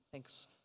Thanks